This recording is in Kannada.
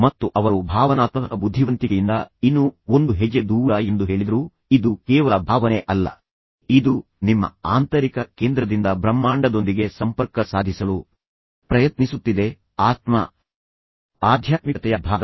ಮತ್ತು ಅವರು ಭಾವನಾತ್ಮಕ ಬುದ್ಧಿವಂತಿಕೆಯಿಂದ ಇನ್ನೂ ಒಂದು ಹೆಜ್ಜೆ ದೂರ ಎಂದು ಹೇಳಿದರು ಇದು ಕೇವಲ ಭಾವನೆ ಅಲ್ಲ ಆದರೆ ಇದು ನಿಮ್ಮ ಆಂತರಿಕ ಕೇಂದ್ರದಿಂದ ಬ್ರಹ್ಮಾಂಡದೊಂದಿಗೆ ಸಂಪರ್ಕ ಸಾಧಿಸಲು ಪ್ರಯತ್ನಿಸುತ್ತಿದೆ ಆತ್ಮ ಆಧ್ಯಾತ್ಮಿಕತೆಯ ಭಾಗ ಅದು